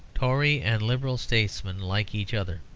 tory and liberal statesmen like each other,